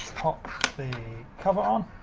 pop the cover on.